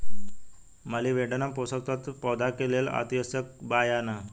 Molybdenum पोषक तत्व पौधा के लेल अतिआवश्यक बा या न?